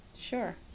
sure